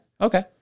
Okay